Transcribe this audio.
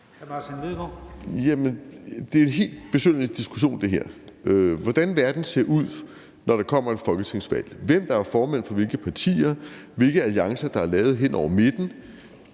her er en helt besynderlig diskussion. Hvordan verden ser ud, når der kommer et folketingsvalg, hvem der er formand for hvilke partier, og hvilke alliancer der er lavet hen over midten,